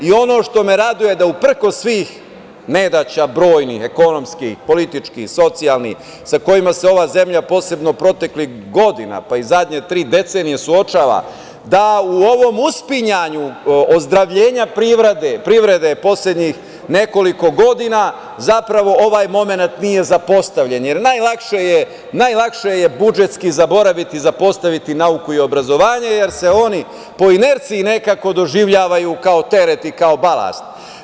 Ono što me raduje, jeste da uprkos svih nedaća brojnih, ekonomskih, političkih, socijalnih, sa kojima se ova zemlja posebno proteklih godina i zadnje tri decenije suočava, da u ovom uspinjanju ozdravljenja privrede poslednjih nekoliko godina zapravo ovaj momenat nije zapostavljen, jer najlakše je budžetski zaboraviti, zapostaviti nauku i obrazovanje, jer se oni po inerciji nekako doživljavaju kao teret i kao balast.